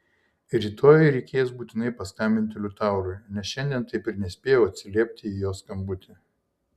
rytoj reikės būtinai paskambinti liutaurui nes šiandien taip ir nespėjau atsiliepti į jo skambutį